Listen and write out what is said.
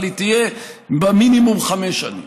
אבל היא תהיה מינימום חמש שנים,